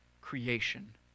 creation